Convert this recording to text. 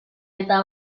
eta